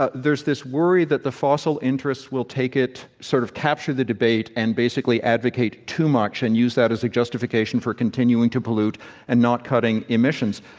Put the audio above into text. ah there's this worry that the fossil interests will take it sort of, capture the debate, and, basically, advocate too much and use that as a justification for continuing to pollute and not cutting emissions.